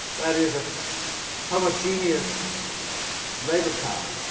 that is of homogenous labour-power,